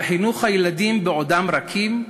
על חינוך הילדים בעודם רכים,